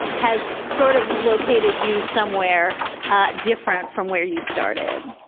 has sort of located you somewhere ah different from where you started